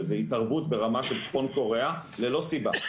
שזו התערבות ברמה של צפון קוריאה ללא סיבה,